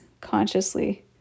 consciously